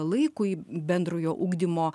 laikui bendrojo ugdymo